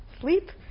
sleep